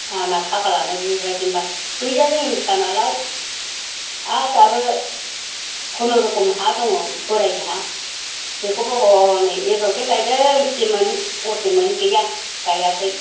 आंना खाफालानो बेबायदिनोबा गैजारोङैनि फिसा नालाय आरो दाबो खुनुरुखुम हा दङ बोरायनि हा बेखौबो हनै एबारावसो गायदों सेमोन असेमोन गैया गायाखै